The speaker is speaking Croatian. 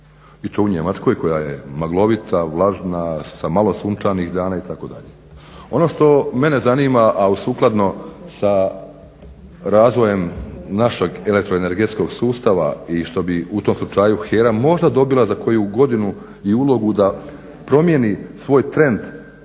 I to u Njemačkoj koja je maglovita, vlažna sa malo sunčanih dana itd. Ono što mene zanima, a sukladno sa razvojem našeg elektroenergetskog sustava i što bi u tom slučaju HERA možda dobila za koju godinu i ulogu da promijeni svoj trend promjene i